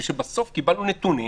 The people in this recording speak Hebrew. בסוף קיבלנו נתונים